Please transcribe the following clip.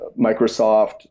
Microsoft